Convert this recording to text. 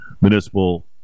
Municipal